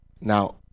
Now